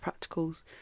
practicals